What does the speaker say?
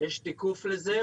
כן, יש תיקוף לזה.